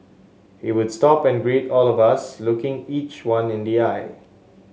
he would stop and greet all of us looking each one in the eye